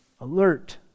alert